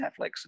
Netflix